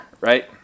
right